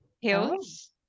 hills